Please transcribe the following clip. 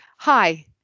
Hi